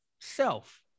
self